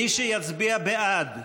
מי שיצביע בעד,